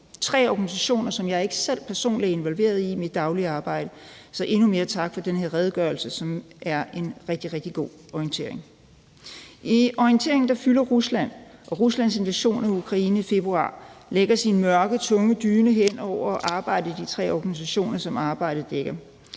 tre organisationer, som jeg ikke selv personligt er involveret i i mit daglige arbejde, så endnu mere tak for den her redegørelse, som er en rigtig, rigtig god orientering. I orienteringen fylder Rusland, og Ruslands invasion af Ukraine i februar lægger sin mørke, tunge dyne hen over arbejdet i de tre organisationer, som arbejdet dækker.